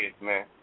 man